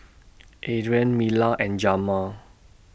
Adriene Mila and Jamar